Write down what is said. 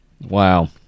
Wow